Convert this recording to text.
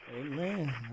Amen